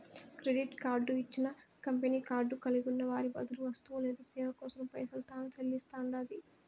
credit card ఇచ్చిన company card కలిగున్న వారి బదులు వస్తువు లేదా సేవ కోసరం పైసలు తాను సెల్లిస్తండాది